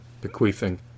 bequeathing